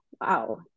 Wow